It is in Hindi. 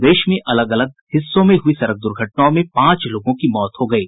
प्रदेश में अलग अलग हिस्सों में हुई सड़क दुर्घटनाओं में पांच लोगों की मौत हो गयी